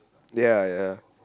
ya ya